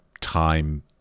time